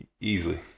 easily